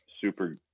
super